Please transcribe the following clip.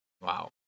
Wow